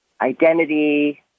identity